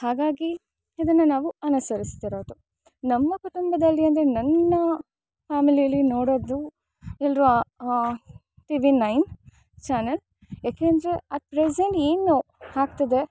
ಹಾಗಾಗಿ ಇದನ್ನು ನಾವು ಅನುಸರಿಸ್ತಿರೋದು ನಮ್ಮ ಕುಟುಂಬದಲ್ಲಿ ಅಂದರೆ ನನ್ನ ಫ್ಯಾಮಿಲಿಯಲ್ಲಿ ನೋಡೋದು ಎಲ್ಲರು ಟಿ ವಿ ನೈನ್ ಚಾನೆಲ್ ಯಾಕೆಂದರೆ ಅಟ್ ಪ್ರೆಸೆಂಟ್ ಏನು ಆಗ್ತದೆ